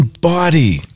body